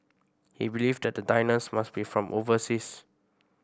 he believed that the diners must be from overseas